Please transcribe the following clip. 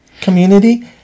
Community